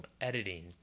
Editing